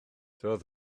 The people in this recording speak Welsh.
doedd